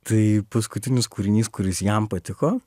tai paskutinis kūrinys kuris jam patiko